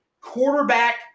Quarterback